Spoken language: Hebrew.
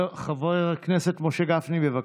חבר הכנסת משה גפני, בבקשה.